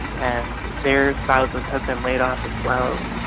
and their spouses have been laid off as well.